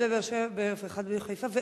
אחד בבאר-שבע ואחד בחיפה.